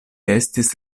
estis